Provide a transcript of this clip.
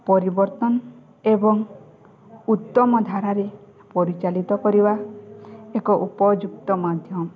ପରିବର୍ତ୍ତନ ଏବଂ ଉତ୍ତମ ଧାରାରେ ପରିଚାଳିତ କରିବା ଏକ ଉପଯୁକ୍ତ ମାଧ୍ୟମ